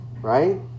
right